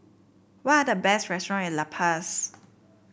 what are the best restaurants in La Paz